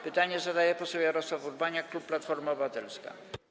Pytanie zadaje poseł Jarosław Urbaniak, klub Platforma Obywatelska.